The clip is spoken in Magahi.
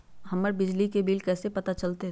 हमर बिजली के बिल कैसे पता चलतै?